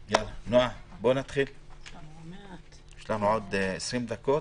נועה, בוא נתחיל, יש לנו עוד 20 דקות.